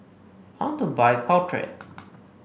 I want to buy Caltrate